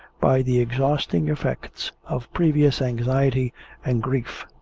by the exhausting effects of previous anxiety and grief.